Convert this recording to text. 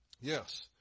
Yes